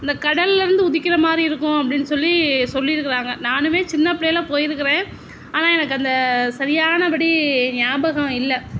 இந்த கடல்லயிருந்து உதிக்கிற மாதிரி இருக்கும் அப்படீன்னு சொல்லி சொல்லியிருக்காங்க நானுமே சின்ன பிள்ளையில போயிருக்கிறேன் ஆனால் எனக்கு அந்த சரியானபடி ஞாபகம் இல்லை